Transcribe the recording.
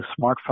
smartphone